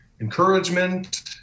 encouragement